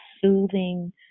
soothing